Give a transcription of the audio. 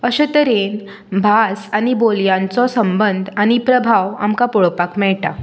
अश्या तरेन भास आनी बोलयांचो संबंद आनी प्रभाव आमकां पळोवपाक मेळटा